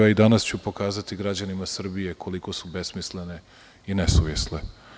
I danas ću pokazati građanima Srbije koliko su besmislene i nesuvisle.